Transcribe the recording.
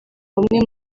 bamwe